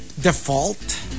Default